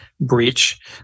breach